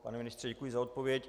Pane ministře, děkuji za odpověď.